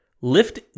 lift